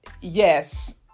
yes